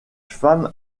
femme